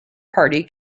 party